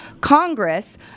Congress